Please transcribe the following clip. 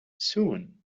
soon